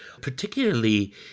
particularly